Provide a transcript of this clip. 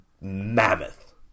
mammoth